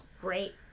Great